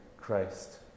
Christ